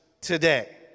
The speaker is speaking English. today